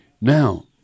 Now